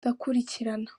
ndakurikirana